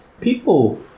people